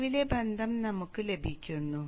നിലവിലെ ബന്ധം നമുക്ക് ലഭിക്കുന്നു